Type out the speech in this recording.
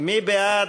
מי בעד?